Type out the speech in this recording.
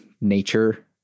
nature